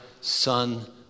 son